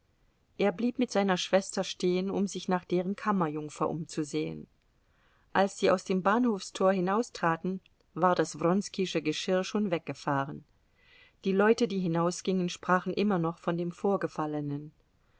er blieb mit seiner schwester stehen um sich nach deren kammerjungfer umzusehen als sie aus dem bahnhofstor hinaustraten war das wronskische geschirr schon weggefahren die leute die hinausgingen sprachen immer noch von dem vorgefallenen